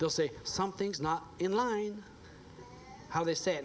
they'll say something's not in line how they say it